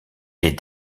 est